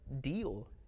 deal